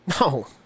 No